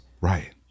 right